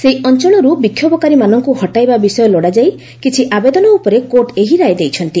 ସେହି ଅଞ୍ଚଳରୁ ବିକ୍ଷୋଭକାରୀମାନଙ୍କୁ ହଟାଇବା ବିଷୟ ଲୋଡ଼ାଯାଇ କିଛି ଆବେଦନ ଉପରେ କୋର୍ଟ ଏହି ରାୟ ଦେଇଛନ୍ତି